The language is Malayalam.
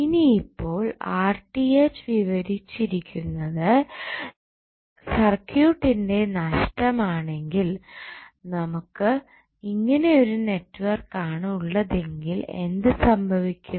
ഇനി ഇപ്പോൾ വിവരിച്ചു ഇരിക്കുന്നത് സർക്യൂട്ടിന്റെ നഷ്ടം ആണെങ്കിൽ നമുക്കു ഇങ്ങനെ ഒരു നെറ്റ്വർക്ക് ആണ് ഉള്ളതെങ്കിൽ എന്ത് സംഭവിക്കും